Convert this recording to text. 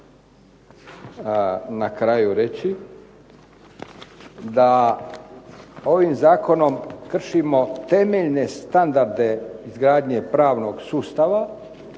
na kraju reći. Da ovim zakonom kršimo temeljne standarde izgradnje pravnog sustava,